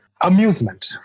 amusement